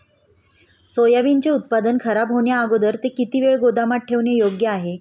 सोयाबीनचे उत्पादन खराब होण्याअगोदर ते किती वेळ गोदामात ठेवणे योग्य आहे?